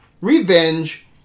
revenge